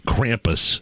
Krampus